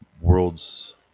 world's